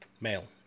Male